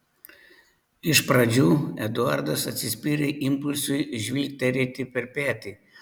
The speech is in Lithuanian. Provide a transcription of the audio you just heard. iš pradžių eduardas atsispyrė impulsui žvilgterėti per petį